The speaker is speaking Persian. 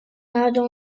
مردم